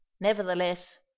Nevertheless